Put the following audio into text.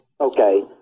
Okay